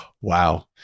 Wow